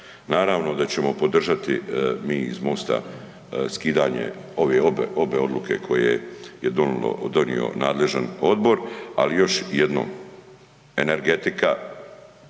Naravno da ćemo podržati mi iz MOST-a skidanje ove obe odluke koje je donijelo, donio nadležan odbor, ali još jednom, energetika,